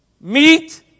Meet